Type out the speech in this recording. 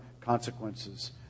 consequences